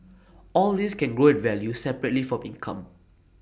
all these can grow in value separately from income